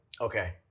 Okay